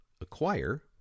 acquire